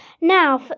Now